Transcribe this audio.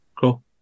Cool